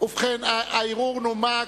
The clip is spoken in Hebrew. ובכן, הערעור נומק.